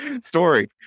story